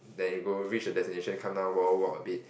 then you go reach the destination come down walk walk walk a bit